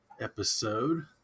episode